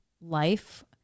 life